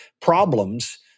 problems